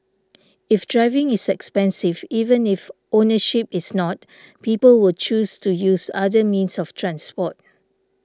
if driving is expensive even if ownership is not people will choose to use other means of transport